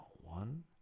One